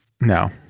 No